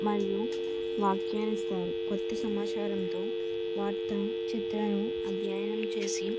మరియు వ్యాఖ్యానిస్తారు కొత్త సమాచారంతో వార్త చిత్రాలు అధ్యయనం చేసి